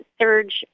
surge